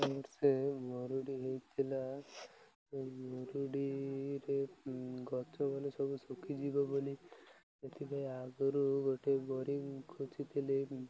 ସେ ମରୁଡ଼ି ହେଇଥିଲା ମରୁଡ଼ିରେ ଗଛ ଗଲେ ସବୁ ଶୁଖିଯିବ ବୋଲି ସେଥିପାଇଁ ଆଗରୁ ଗୋଟେ ବୋରିଂ ଖୋଳିଥିଲେ